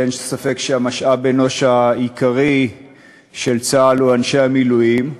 ואין ספק שמשאב האנוש העיקרי של צה"ל הוא אנשי המילואים.